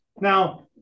Now